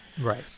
Right